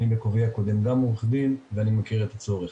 בכובעי הקודם אני גם עורך דין ואני מכיר את הצורך.